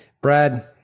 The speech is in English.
Brad